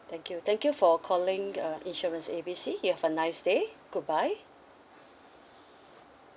thank you thank you for calling uh insurance A B C you have a nice day goodbye